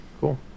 Cool